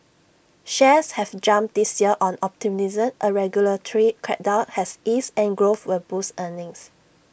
shares have jumped this year on optimism A regulatory crackdown has eased and growth will boost earnings